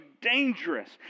dangerous